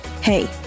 Hey